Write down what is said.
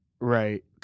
Right